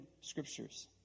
scriptures